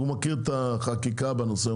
הוא מכיר את החקיקה בנושא,